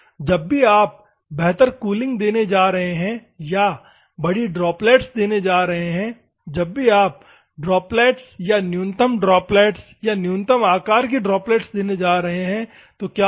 जब भी आप बेहतर कूलिंग देने जा रहे हैं या बड़ी ड्रॉप्लेट्स देने जा रहे हैं जब भी आप ड्रॉप्लेट्स या न्यूनतम ड्रॉप्लेट्स न्यूनतम आकार की ड्रॉप्लेट्स देने जा रहे हैं तो क्या होगा